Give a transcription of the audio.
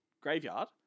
graveyard